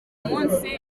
munsi